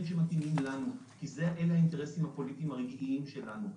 שמתאימים לנו כי אלה האינטרסים הפוליטיים הרגעיים שלנו.